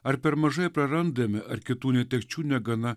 ar per mažai prarandame ar kitų netekčių negana